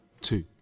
two